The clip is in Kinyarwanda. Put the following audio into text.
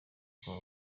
kwa